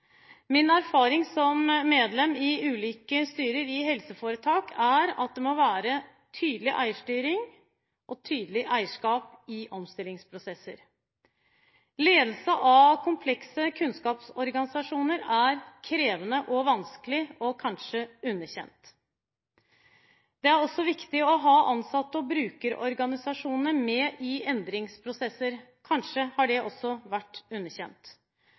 Min erfaring som medlem i ulike styrer i helseforetak er at det må være tydelig eierstyring og tydelig eierskap i omstillingsprosesser. Ledelse av komplekse kunnskapsorganisasjoner er krevende og vanskelig og kanskje underkjent. Det er også viktig å ha ansatte og brukerorganisasjonene med i endringsprosesser, kanskje har det også vært underkjent.